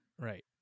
right